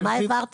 למעשה,